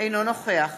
אינו נוכח